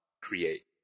create